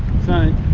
soon